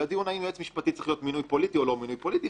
האם יועץ משפטי צריך להיות מינוי פוליטי או לא מינוי פוליטי,